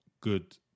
good